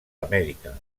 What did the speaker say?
amèrica